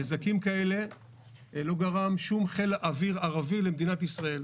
נזקים כאלה לא גרם שום חיל אוויר ערבי למדינת ישראל,